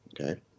Okay